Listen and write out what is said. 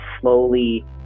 slowly